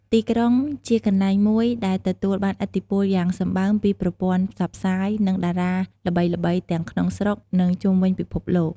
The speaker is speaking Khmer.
ទីក្រុងជាកន្លែងមួយ ដែលទទួលបានឥទ្ធិពលយ៉ាងសម្បើមពីប្រព័ន្ធផ្សព្វផ្សាយ និង តារាល្បីៗទាំងក្នុងស្រុក និងជុំវិញពិភពលោក។